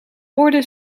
porde